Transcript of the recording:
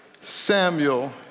Samuel